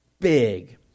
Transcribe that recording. Big